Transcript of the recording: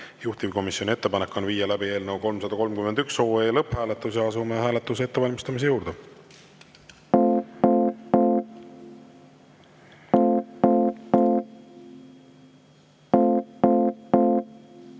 Juhtivkomisjoni ettepanek on viia läbi eelnõu 331 lõpphääletus. Asume hääletuse ettevalmistamise juurde. Head